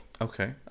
Okay